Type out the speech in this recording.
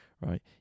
right